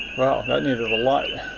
that needed a lot.